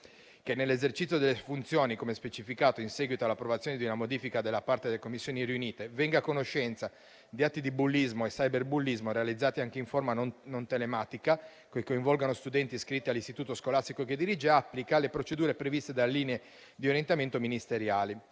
che, nell'esercizio delle funzioni, come specificato in seguito all'approvazione di una modifica da parte delle Commissioni riunite, venga a conoscenza di atti di bullismo e cyberbullismo, realizzati anche in forma non telematica, che coinvolgano studenti iscritti all'istituto scolastico che dirige, applica le procedure previste dalle linee di orientamento ministeriale.